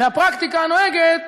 והפרקטיקה הנוהגת